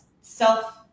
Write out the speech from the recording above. self